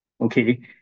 okay